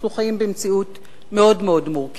אנחנו חיים במציאות מאוד מורכבת,